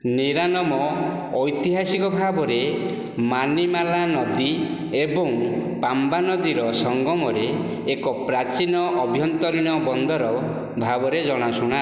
ନିରାନମ୍ ଐତିହାସିକ ଭାବରେ ମାନିମାଲା ନଦୀ ଏବଂ ପାମ୍ବା ନଦୀର ସଙ୍ଗମରେ ଏକ ପ୍ରାଚୀନ ଆଭ୍ୟନ୍ତରୀଣ ବନ୍ଦର ଭାବରେ ଜଣାଶୁଣା